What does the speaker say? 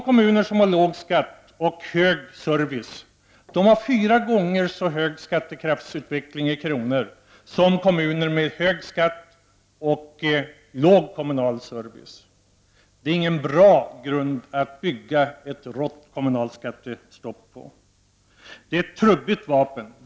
Kommuner som har låg skatt och hög servicenivå har fyra gånger så hög skattekraftsutveckling i kronor räknat som kommuner med hög skatt och låg kommunal servicenivå. Det är ingen bra grund att bygga ett rått kommunalt skattestopp på. Det är ett trubbigt vapen.